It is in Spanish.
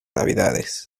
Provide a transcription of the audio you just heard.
navidades